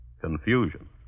Confusion